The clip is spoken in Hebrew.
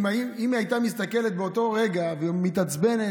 אם היא הייתה מסתכלת באותו רגע ומתעצבנת,